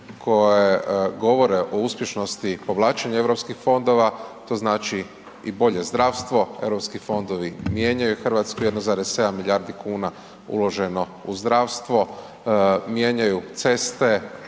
RH, 1,7 milijardi kuna uloženo u zdravstvo, mijenjaju ceste,